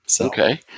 Okay